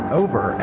over